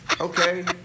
Okay